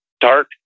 dark